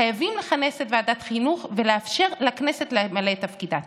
חייבים לכנס את ועדת החינוך ולאפשר לכנסת למלא את תפקידה.